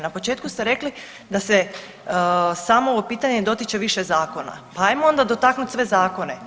Na početku ste rekli da se samo ovo pitanje dotiče više zakona, pa hajmo onda dotaknut sve zakone.